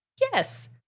Yes